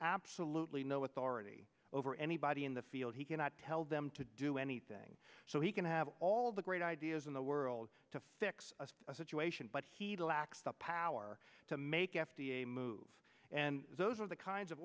absolutely no authority over anybody in the field he cannot tell them to do anything so he i have all the great ideas in the world to fix a situation but he lacks the power to make f d a move and those are the kinds of